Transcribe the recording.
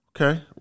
Okay